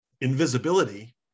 invisibility